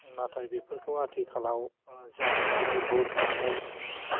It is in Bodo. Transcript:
नाथाय बेफोरखौ आथिखालाव जावनानै बुरनानै